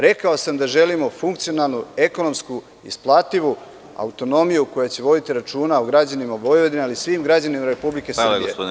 Rekao sam da želimo funkcionalnu, ekonomsku, isplativu autonomiju koja će voditi računa o građanima Vojvodina, ali i o svim građanima Republike Srbije.